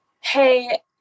hey